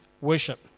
worship